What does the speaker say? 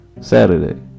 Saturday